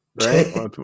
right